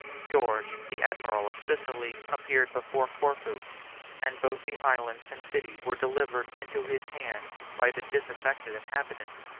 george, the admiral of sicily, appeared before corfu and both the island and city were delivered into his hands by the disaffected inhabitants,